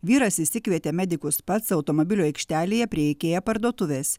vyras išsikvietė medikus pats automobilių aikštelėje prie ikea parduotuvės